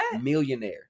millionaire